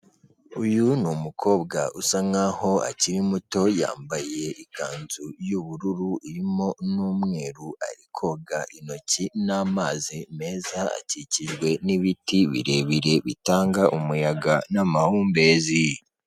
Uyu ni umumukobwa usa nk'aho akiri muto, yambaye ikanzu y'ubururu, irimo n'umweru, ari koga intoki n'amazi meza, akikijwe n'ibiti birebire bitanga umuyaga n'amahumbezi.